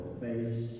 face